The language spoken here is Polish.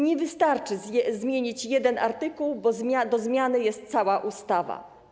Nie wystarczy zmienić jednego artykułu, bo do zmiany jest cała ustawa.